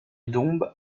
dombes